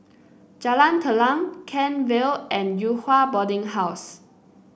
Jalan Telang Kent Vale and Yew Hua Boarding House